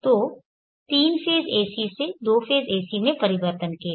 तो तीन phase AC से दो फेज़ AC में परिवर्तन के लिए